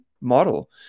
model